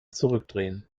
zurückdrehen